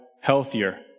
healthier